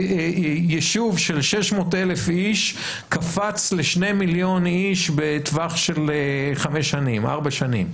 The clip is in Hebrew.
איך יישוב של 600,000 איש קפץ לשני מיליון איש בטווח של ארבע-חמש שנים.